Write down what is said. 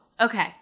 Okay